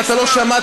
ואתה לא שמעת,